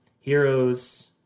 heroes